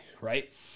right